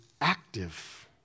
active